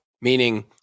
meaning